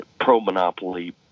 pro-monopoly